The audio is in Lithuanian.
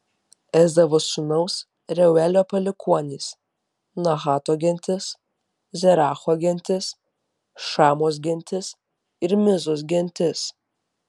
ezavo sūnaus reuelio palikuonys nahato gentis zeracho gentis šamos gentis ir mizos gentis